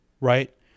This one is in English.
right